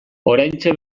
oraintxe